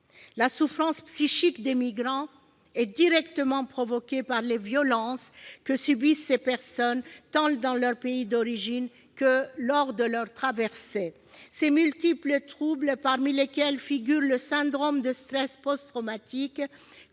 La souffrance psychique des migrants est directement provoquée par les violences que subissent ces personnes, tant dans leur pays d'origine que lors de leur traversée. Ces multiples troubles, parmi lesquels figure le syndrome de stress post-traumatique,